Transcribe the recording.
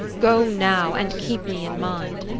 go now, and keep me in mind.